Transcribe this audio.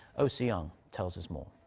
oh soo-young tells us more.